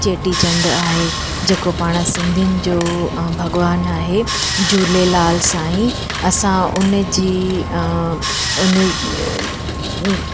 चेटी चंड आहे जेको पाण सिंधियुन जो भॻिवानु आहे झूलेलाल साईं असां उन जी उने